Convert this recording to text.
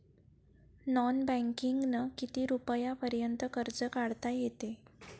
Non बँकिंगनं किती रुपयापर्यंत कर्ज काढता येते?